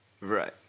Right